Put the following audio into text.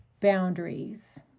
boundaries